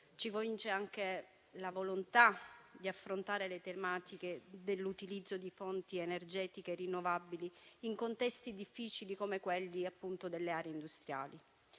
Ci convince anche la volontà di affrontare le tematiche dell'utilizzo di fonti energetiche rinnovabili in contesti difficili, come quelli delle aree industriali.